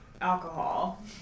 alcohol